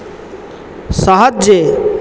সাহায্যে